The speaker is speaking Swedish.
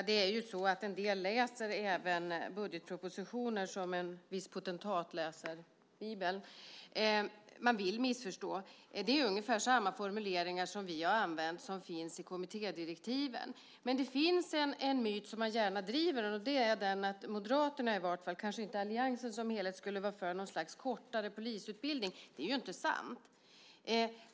Herr talman! En del läser även budgetpropositioner som en viss potentat läser Bibeln. Man vill missförstå. Vi har använt ungefär samma formuleringar som finns i kommittédirektiven. Det finns en myt som man gärna driver om att kanske inte alliansen som helhet men i vart fall Moderaterna skulle vara för en kortare polisutbildning. Det är inte sant.